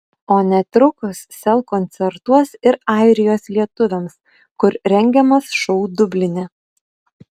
o netrukus sel koncertuos ir airijos lietuviams kur rengiamas šou dubline